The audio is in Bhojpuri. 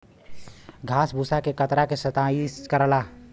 घास भूसा के कतरा के सनाई करला